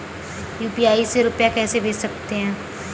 UPI से रुपया कैसे भेज सकते हैं?